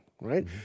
right